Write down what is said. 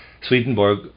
Swedenborg